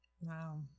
Wow